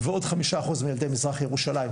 ועוד 5% מילדי מזרח ירושלים.